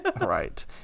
right